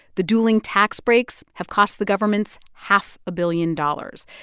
the dueling tax breaks have cost the governments half a billion dollars.